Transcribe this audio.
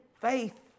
faith